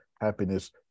happiness